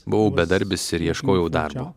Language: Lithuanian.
buvau bedarbis ir ieškojau darbo